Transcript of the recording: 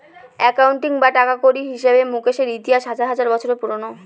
accounting বা টাকাকড়ির হিসাবে মুকেশের ইতিহাস হাজার হাজার বছর পুরোনো